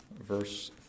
verse